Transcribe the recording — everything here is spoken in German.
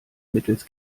mittels